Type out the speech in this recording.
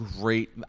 great